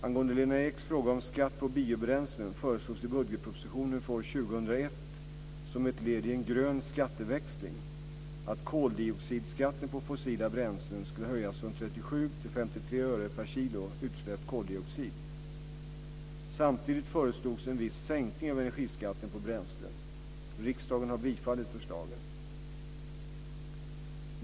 Angående Lena Eks fråga om skatt på biobränslen föreslogs i budgetpropositionen för år 2001, som ett led i en grön skatteväxling, att koldioxidskatten på fossila bränslen skulle höjas från 37 till 53 öre per kg utsläppt koldioxid. Samtidigt föreslogs en viss sänkning av energiskatten på bränslen. Riksdagen har bifallit förslagen.